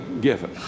given